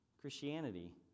Christianity